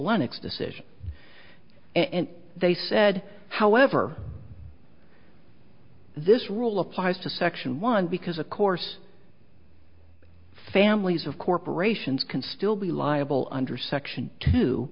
lenox decision and they said however this rule applies to section one because of course families of corporations can still be liable under section t